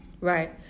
Right